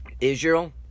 Israel